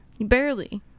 Barely